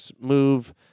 move